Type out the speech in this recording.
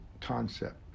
concept